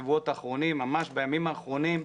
ממש בימים האחרונים,